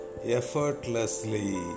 effortlessly